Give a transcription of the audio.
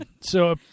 So-